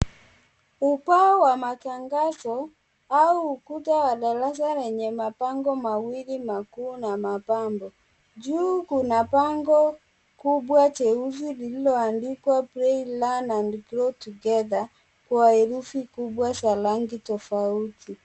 Upao wa matangazo, au ukuta wa darasa lenye mapango mawili makuu na mapambo, juu kuna pango kubwa cheusi lililo andikwa (cs)play, learn and grow together(cs), kwa herufi kubwa za rangi tofauti.